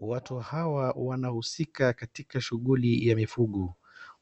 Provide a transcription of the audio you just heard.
Watu hawa wanahusika katika shughuli ya mifugo,